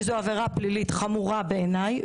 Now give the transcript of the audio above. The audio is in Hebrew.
וזו עבירה פלילית חמורה בעיניי.